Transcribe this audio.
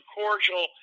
cordial